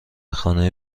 خانه